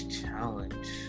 challenge